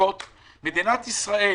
מדינת ישראל,